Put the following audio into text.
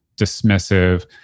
dismissive